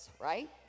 right